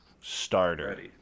starter